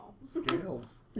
Scales